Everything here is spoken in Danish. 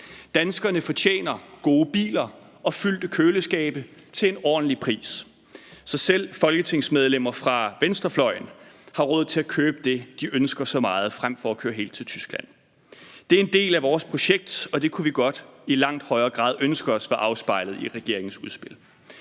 Danskerne fortjener gode biler og fyldte køleskabe til en ordentlig pris, så selv folketingsmedlemmer fra venstrefløjen har råd til at købe det, de ønsker så meget, frem for at køre helt til Tyskland. Det er en del af vores projekt, og det kunne vi godt i langt højere grad ønske os var afspejlet i regeringens udspil.